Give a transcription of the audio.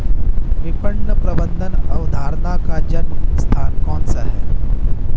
विपणन प्रबंध अवधारणा का जन्म स्थान कौन सा है?